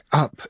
up